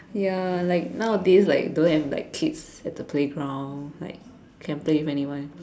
ya like nowadays like don't have like kids on the playground like can play with anyone